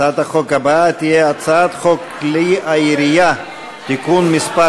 הצעת החוק הבאה תהיה הצעת חוק כלי הירייה (תיקון מס'